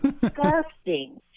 Disgusting